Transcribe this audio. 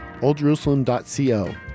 oldjerusalem.co